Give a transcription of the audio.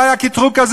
עוד לא היה קטרוג כזה,